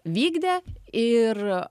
vykdė ir